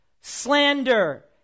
slander